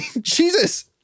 Jesus